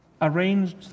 arranged